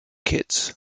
kits